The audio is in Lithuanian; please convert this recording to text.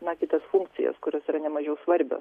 na kitas funkcijas kurios yra nemažiau svarbios